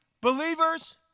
believers